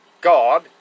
God